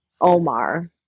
Omar